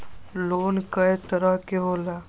Loan कय तरह के होला?